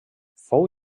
fou